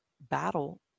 battle